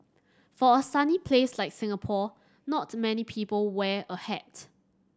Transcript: for a sunny place like Singapore not many people wear a hat